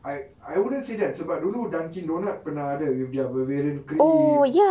I I wouldn't say that sebab dulu dunkin donut pernah ada with their bavarian cream